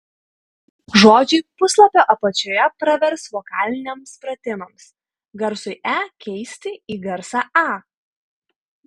žodžiai puslapio apačioje pravers vokaliniams pratimams garsui e keisti į garsą a